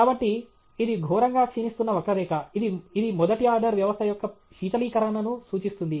కాబట్టి ఇది ఘోరంగా క్షీణిస్తున్న వక్రరేఖ ఇది మొదటి ఆర్డర్ వ్యవస్థ యొక్క శీతలీకరణను సూచిస్తుంది